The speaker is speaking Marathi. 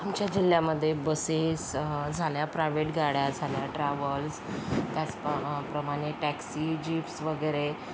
आमच्या जिल्ह्यामध्ये बसेस झाल्या प्रायव्हेट गाड्या झाल्या ट्रॅव्हल्स त्याच प प्रमाणे टॅक्सी जीप्स वगैरे